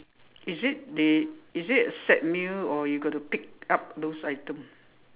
is it they is it a set meal or you got to pick up those item